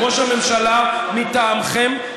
ראש הממשלה מטעמכם,